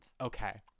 Okay